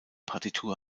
partitur